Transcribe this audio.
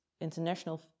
international